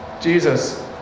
Jesus